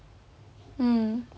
mm